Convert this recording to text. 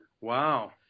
wow